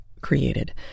created